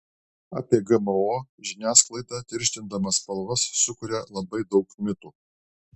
apie gmo žiniasklaida tirštindama spalvas sukuria labai daug mitų